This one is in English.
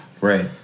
Right